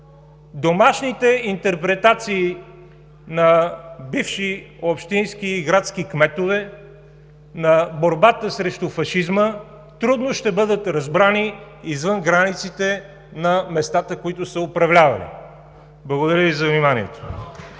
Домашните интерпретации на бивши общински и градски кметове за борбата срещу фашизма трудно ще бъдат разбрани извън границите на местата, които са управлявали. Благодаря Ви за вниманието.